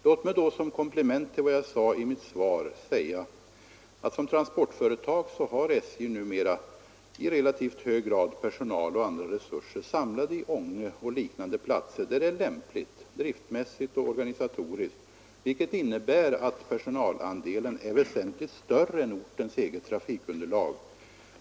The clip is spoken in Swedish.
Låt mig, som komplement till vad jag anförde i mitt svar, säga att SJ numera i relativt hög grad har personal och andra resurser samlade i Ånge och på liknande platser där det är lämpligt ur driftmässig och organisatorisk synpunkt. Det innebär att personalandelen är väsentligt större än ortens eget trafikunderlag motiverar.